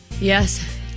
Yes